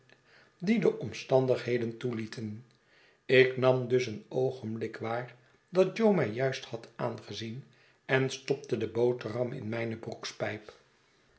die de omstandigheden toelieten ik nam dus een oogenblik waar dat jo mij juist had aangezien en stopte de boterham in mijne broekspijp